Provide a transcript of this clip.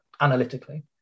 analytically